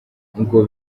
ngo